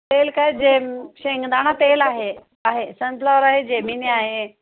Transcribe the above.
तेल काय जेम शेंगदाणा तेल आहे आहे सनफ्लावर आहे जेमिनी आहे